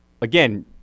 again